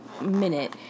minute